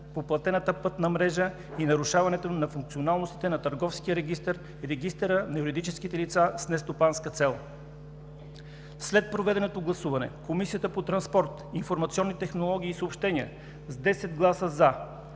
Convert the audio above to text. по платената пътна мрежа и нарушаването на функционалностите на Търговския регистър и регистъра на юридическите лица с нестопанска цел. След проведеното гласуване Комисията по транспорт, информационни технологии и съобщения с 10 гласа